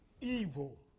evil